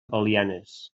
belianes